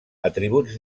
atributs